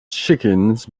chickens